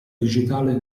digitale